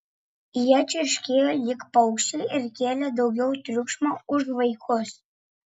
jie čirškėjo lyg paukščiai ir kėlė daugiau triukšmo už vaikus